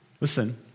listen